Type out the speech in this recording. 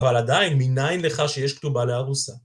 אבל עדיין, מניין לך שיש כתובה לארוסה?